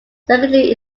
secondary